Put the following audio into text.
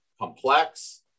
complex